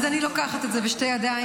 אז אני לוקחת את זה בשתי ידיים,